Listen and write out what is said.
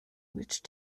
which